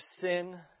sin